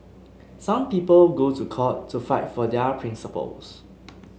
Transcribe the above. some people go to court to fight for their principles